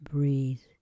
Breathe